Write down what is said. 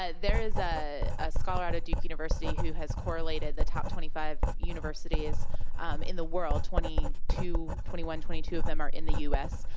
ah there is ah a scholar out of duke university who has correlated the top twenty five universities um in the world, twenty two twenty one, twenty two of them are in the u.